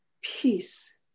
peace